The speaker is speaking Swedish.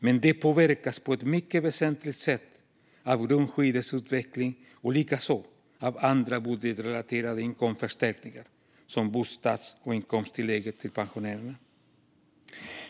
Men det påverkas på ett mycket väsentligt sätt av grundskyddets utveckling och likaså av andra budgetrelaterade inkomstförstärkningar som bostads och inkomsttillägget till pensionärerna.